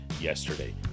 yesterday